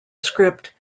script